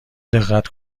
دقت